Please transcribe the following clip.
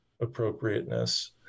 appropriateness